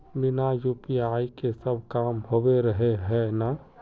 बिना यु.पी.आई के सब काम होबे रहे है ना?